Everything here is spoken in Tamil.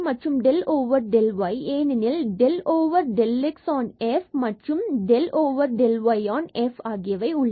மற்றும் del del y ஏனெனில் del del x on f மற்றும் del del y on f ஆகியவை உள்ளன